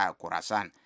kurasan